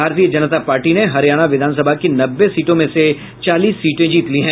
भारतीय जनता पार्टी ने हरियाणा विधानसभा की नब्बे सीटों में से चालीस सीटें जीत ली हैं